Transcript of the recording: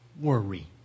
Worry